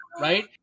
right